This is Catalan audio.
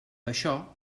això